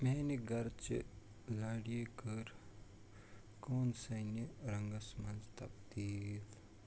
میانہِ گرچہِ لاڑی کر گۄسٲنہِ رنگس منز تبدیل